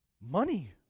Money